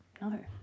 No